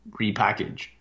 repackage